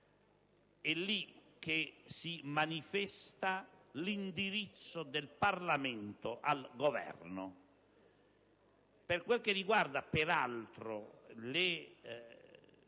è lì che si manifesta l'indirizzo del Parlamento al Governo. Per quel che riguarda le